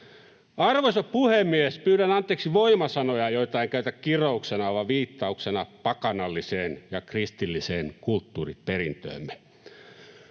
Arvoisa puhemies! Pyydän anteeksi voimasanoja, joita en käytä kirouksena vaan viittauksena pakanalliseen ja kristilliseen kulttuuriperintöömme.